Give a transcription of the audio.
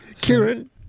Kieran